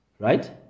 Right